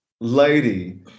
lady